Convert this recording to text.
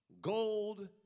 gold